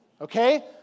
okay